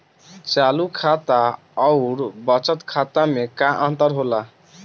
चालू खाता अउर बचत खाता मे का अंतर होला?